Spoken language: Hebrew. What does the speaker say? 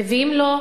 מביאים לו,